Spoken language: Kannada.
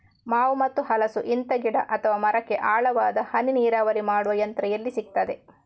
ಮಾವು ಮತ್ತು ಹಲಸು, ಇಂತ ಗಿಡ ಅಥವಾ ಮರಕ್ಕೆ ಆಳವಾದ ಹನಿ ನೀರಾವರಿ ಮಾಡುವ ಯಂತ್ರ ಎಲ್ಲಿ ಸಿಕ್ತದೆ?